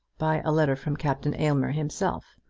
by a letter from captain aylmer himself.